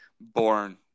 born